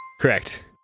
Correct